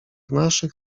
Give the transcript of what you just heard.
naszych